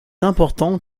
important